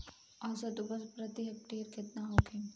औसत उपज प्रति हेक्टेयर केतना होखे?